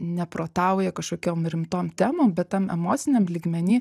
neprotauja kažkokiom rimtom temom bet tam emociniam lygmeny